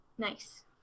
Nice